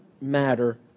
matter